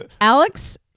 Alex